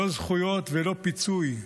לא זכויות ולא פיצוי.